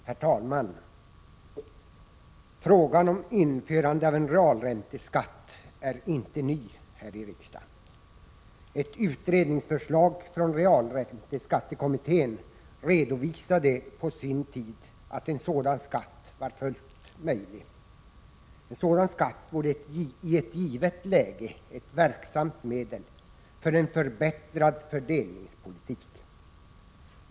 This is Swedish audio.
Herr talman! Frågan om införande av en realränteskatt är inte ny här i riksdagen. Ett utredningsförslag från realränteskattekommittén redovisade på sin tid att en sådan skatt var fullt möjlig. En sådan skatt vore i ett givet läge ett verksamt medel för en förbättrad fördelningspolitik.